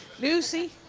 Lucy